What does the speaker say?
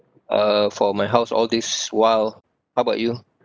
uh for my house all this while how about you